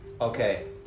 Okay